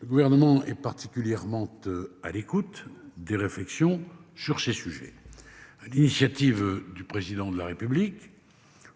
Le gouvernement et particulièrement à l'écoute des réflexions sur ces sujets. À l'initiative du président de la République.